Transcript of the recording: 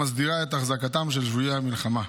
המסדירה את החזקתם של שבויי מלחמה.